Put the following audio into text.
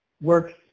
works